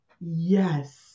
Yes